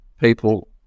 people